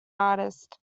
artist